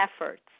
efforts